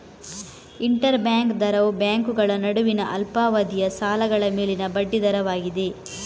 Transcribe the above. inter bank ದರವು ಬ್ಯಾಂಕುಗಳ ನಡುವಿನ ಅಲ್ಪಾವಧಿಯ ಸಾಲಗಳ ಮೇಲಿನ ಬಡ್ಡಿ ದರವಾಗಿದೆ